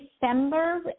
December